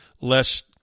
less